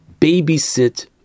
babysit